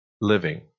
living